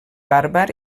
bàrbar